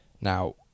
now